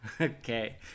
Okay